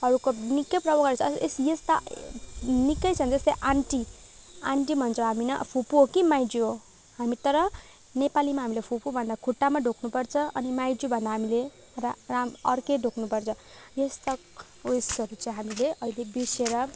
अरूको निकै प्रभाव परेको छ यस्ता निकै छन् जस्तै आन्टी आन्टी भन्छौँ हामी ना फुपू हो कि माइजू हो हामी तर नेपालीमा हामीले फुपू भन्दा खुट्टामा ढोग्नु पर्छ अनि माइजू भन्दा हामीले रा अर्कै ढोग्नु पर्छ यस्ता उयेसहरू चाहिँ हामीले अहिले बिर्सेर